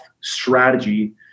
Strategy